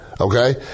okay